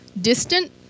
distant